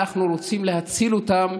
אנחנו רוצים להציל אותם.